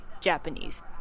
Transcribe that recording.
Japanese